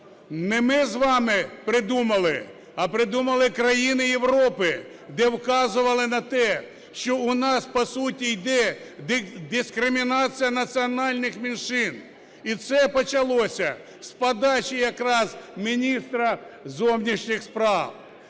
Не ми з вами придумали, а придумали країни Європи, де вказували на те, що у нас по суті іде дискримінація національних меншин. І це почалося з подачі якраз міністра зовнішніх справ.